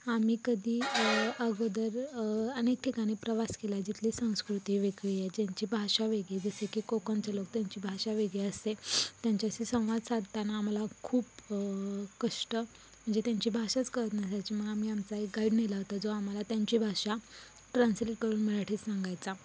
आम्ही कधी अगोदर अनेक ठिकाणी प्रवास केला जिथली संस्कृती वेगळी आहे ज्यांची भाषा वेगळी जसे की कोकणचे लोक त्यांची भाषा वेगळी असते त्यांच्याशी संवाद साधताना आम्हाला खूप कष्ट म्हणजे त्यांची भाषाच कळत नसायची मग आम्ही आमचा एक गाईड नेला होता जो आम्हाला त्यांची भाषा ट्रान्सलेट करून मराठीत सांगायचा